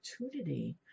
opportunity